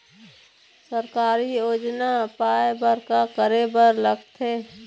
सरकारी योजना पाए बर का करे बर लागथे?